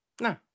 No